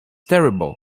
terrible